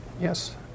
yes